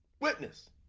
witness